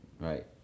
Right